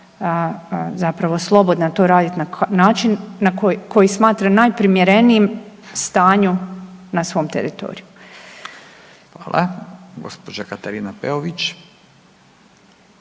zapravo slobodna to raditi na način koji smatra najprimjerenijim stanju na svom teritoriju. **Radin, Furio